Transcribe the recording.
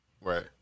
right